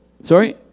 Sorry